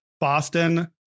Boston